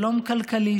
שלום כלכלי,